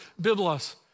Biblos